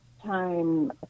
time